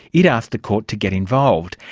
it asked the court to get involved.